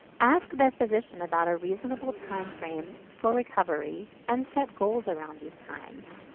ask their physician about a reasonable timeframe for recovery and set goals around these times.